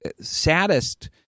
saddest